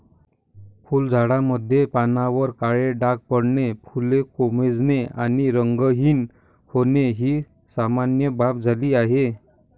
फुलझाडांमध्ये पानांवर काळे डाग पडणे, फुले कोमेजणे आणि रंगहीन होणे ही सामान्य बाब झाली आहे